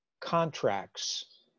contracts